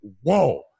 whoa